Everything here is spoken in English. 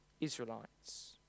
Israelites